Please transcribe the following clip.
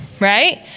right